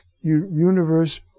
universe